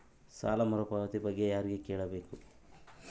ಸಾಲ ಮರುಪಾವತಿ ಬಗ್ಗೆ ಯಾರಿಗೆ ಕೇಳಬೇಕು?